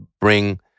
bring